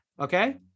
Okay